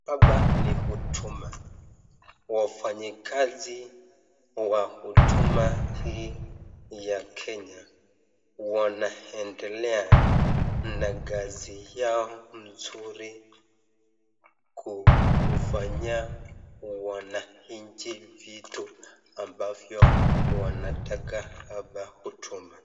Hapa ni huduma wafanyikazi wa huduma hii ya Kenya wanaendelea na kazi yao mzuri kufanyia wananchi vitu ambavyo wanataka hapa huduma.